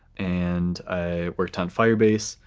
and i worked on firebase.